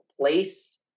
place